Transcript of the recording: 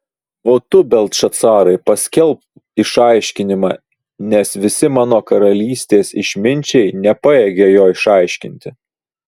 o tu beltšacarai paskelbk išaiškinimą nes visi mano karalystės išminčiai nepajėgia jo išaiškinti